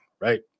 right